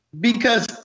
Because-